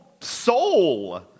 soul